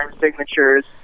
signatures